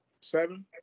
Seven